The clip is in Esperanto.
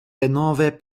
denove